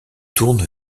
tourne